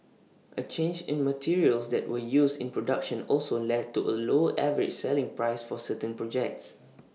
A change in materials that were used in production also led to A lower average selling price for certain projects